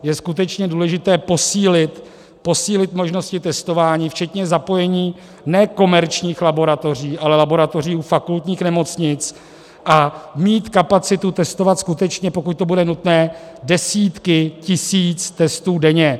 Je skutečně důležité posílit možnosti testování včetně zapojení ne komerčních laboratoří, ale laboratoří u fakultních nemocnic a mít kapacitu testovat skutečně, pokud to bude nutné, desítky tisíc testů denně.